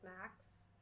max